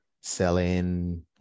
selling